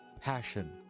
Passion